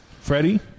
Freddie